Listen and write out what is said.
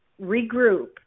regroup